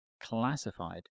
classified